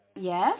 yes